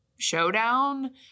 showdown